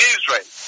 Israel